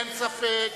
אין ספק.